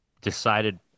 decided